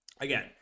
again